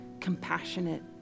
compassionate